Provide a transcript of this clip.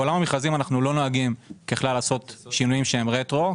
בעולם המכרזים אנחנו לא נוהגים ככלל לעשות שינויים שהם רטרואקטיביים.